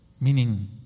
meaning